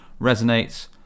resonates